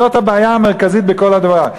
זאת הבעיה המרכזית בכל הדבר.